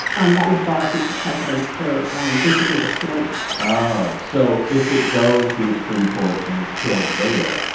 um that would bar future presidents for basically restoring daca oh. so if it goes through the supreme court and is killed there.